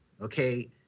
okay